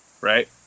right